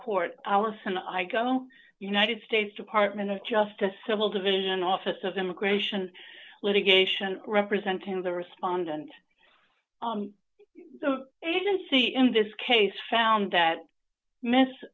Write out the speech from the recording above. court allison i go united states department of justice civil division office of immigration litigation representing the respondent the agency in this case found that m